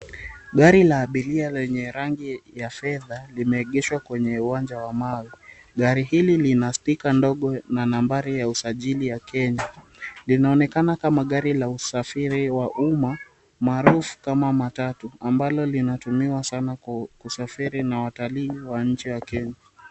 Gari la abiria lenye rangi ya fedha limeegeshwa kwenye uwanja wa mawe, gari hili linastika ndogo na nambari ya usajili ya Kenya linaonekana kama gari la usafiri wa uma maarufu kama matatu ambalo linatumika sana kwa usafiri na watalii wa nchi ya Kenya.